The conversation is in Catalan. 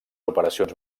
operacions